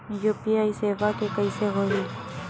UPI सेवा के कइसे होही?